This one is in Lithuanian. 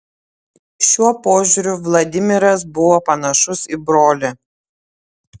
šiuo požiūriu vladimiras buvo panašus į brolį